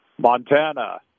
Montana